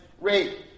rate